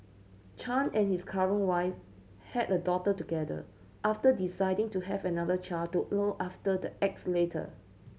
Chan and his current wife had a daughter together after deciding to have another child to look after the X later